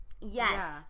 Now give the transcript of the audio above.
Yes